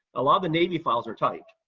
a lot of the navy files are typed.